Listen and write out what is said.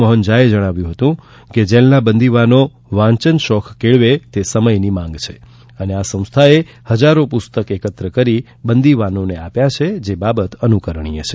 મોહન જ્હાએ જણાવ્યું હતું કે જેલના બંદીવાનો વાંચન શોખ કેળવે તે સમયની માંગ છે અને આ સંસ્થાએ હજારો પુસ્તક એકત્ર કરી બંદીવાનોને આપ્યા છે તે અનુકરણીય છે